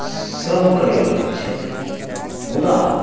श्रम करै वाला होइ छथि मुदा